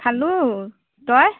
খালোঁ তই